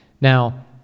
Now